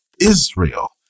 Israel